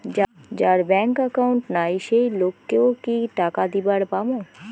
যার bank account নাই সেই লোক কে ও কি টাকা দিবার পামু?